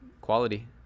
quality